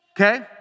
Okay